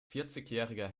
vierzigjähriger